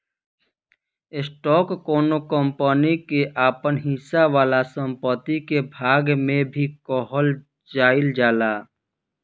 stock कौनो company के आपन हिस्सा वाला संपत्ति के भाग के भी कहल जाइल जाला